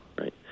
Right